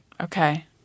Okay